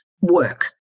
work